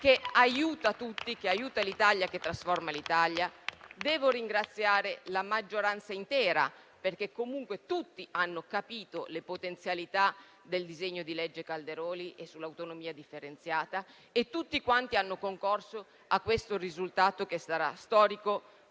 che aiuta tutti e trasforma l'Italia. Devo ringraziare la maggioranza intera, perché tutti hanno capito le potenzialità del disegno di legge Calderoli sull'autonomia differenziata e tutti hanno concorso a questo risultato che sarà storico